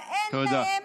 אבל אין להם,